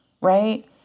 right